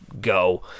go